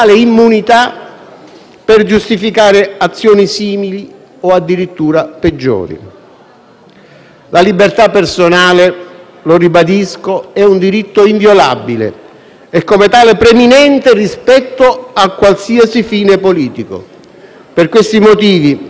La libertà personale - lo ribadisco - è un diritto inviolabile e come tale preminente rispetto a qualsiasi fine politico. Per questi motivi - qui solo accennati, ma trattati più ampiamente nella relazione depositata